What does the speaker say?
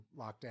lockdown